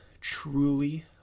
truly